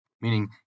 Meaning